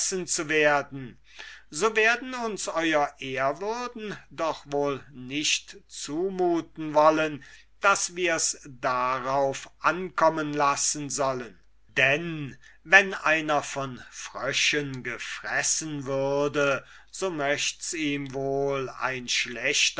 zu werden so werden uns ew ehrwürden doch wohl nicht zumuten wollen daß wirs darauf ankommen lassen sollen denn wenn einer von fröschen gegessen würde so möcht's ihm wohl ein